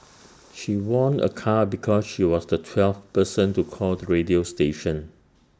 she won A car because she was the twelfth person to call the radio station